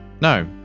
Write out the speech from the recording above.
No